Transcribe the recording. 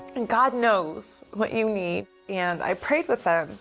and god knows what you need. and i prayed with them,